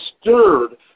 stirred